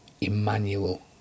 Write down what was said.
Emmanuel